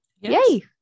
Yay